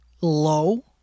low